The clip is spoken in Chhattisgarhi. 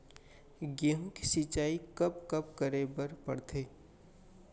गेहूँ के सिंचाई कब कब करे बर पड़थे?